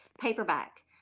paperback